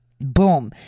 Boom